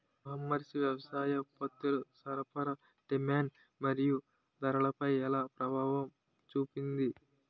మహమ్మారి వ్యవసాయ ఉత్పత్తుల సరఫరా డిమాండ్ మరియు ధరలపై ఎలా ప్రభావం చూపింది?